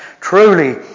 Truly